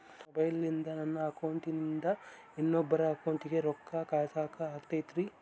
ಮೊಬೈಲಿಂದ ನನ್ನ ಅಕೌಂಟಿಂದ ಇನ್ನೊಬ್ಬರ ಅಕೌಂಟಿಗೆ ರೊಕ್ಕ ಕಳಸಾಕ ಆಗ್ತೈತ್ರಿ?